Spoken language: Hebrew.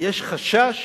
יש חשש